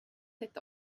sept